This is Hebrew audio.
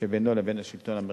שבינו לבין השלטון המרכזי.